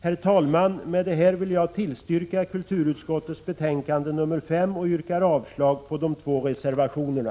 Herr talman! Med detta vill jag tillstyrka kulturutskottets hemställan i betänkande 5 och yrka avslag på de två reservationerna.